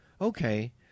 Okay